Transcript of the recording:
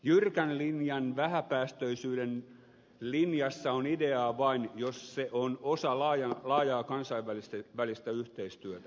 jyrkän linjan vähäpäästöisyyden linjassa on ideaa vain jos se on osa laajaa kansainvälistä yhteistyötä